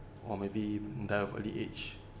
or maybe in dull of the age